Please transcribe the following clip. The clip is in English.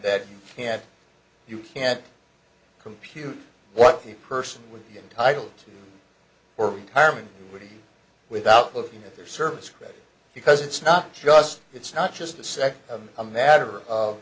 that you can't you can't compute what the person would be entitled to or retirement without looking at their service credit because it's not just it's not just the sec a matter of